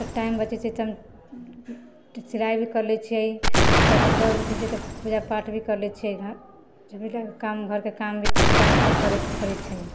time बचै छै तऽ किछु तब सुबह उठै छियै तऽ पूजा पाठ भी कऽ लै छियै काम घरके काम भी करेके पड़ै छै